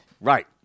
Right